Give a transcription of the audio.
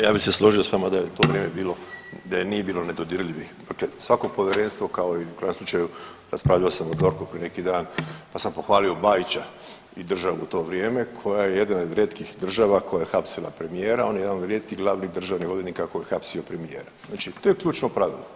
Da, ja bih se složio s vama da je to vrijeme da nije bilo nedodirljivih dakle svako povjerenstvo kao i u krajnjem slučaju raspravljao sam o DORH-u prije neki dan pa sam pohvalio Bajića i državu u to vrijeme koja je jedina od rijetkih država koja je hapsila premijera, on je jedan od rijetkih glavnih državnih odvjetnika koji je hapsio premijera, znači to je ključno pravilo.